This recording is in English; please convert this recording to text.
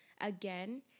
again